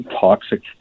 toxic